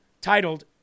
titled